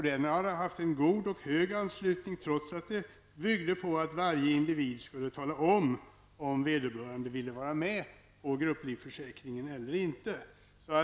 Där hade man god anslutning, trots att det byggde på att varje individ skulle tala om ifall vederbörande ville vara med om en grupplivförsäkring eller inte.